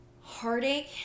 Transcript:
heartache